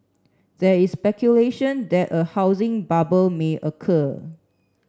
there is speculation that a housing bubble may occur